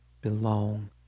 belong